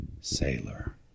sailor